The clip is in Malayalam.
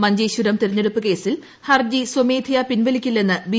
മഞ്ചേശ്വരം തിരഞ്ഞെടുപ്പ് കേസിൽ ഹർജി സ്വമേധയാ പിൻവലിക്കില്ലെന്ന് ബി